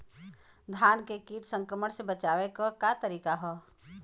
धान के कीट संक्रमण से बचावे क का तरीका ह?